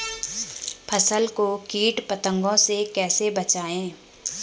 फसल को कीट पतंगों से कैसे बचाएं?